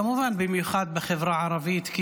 כמובן שבמיוחד בחברה הערבית,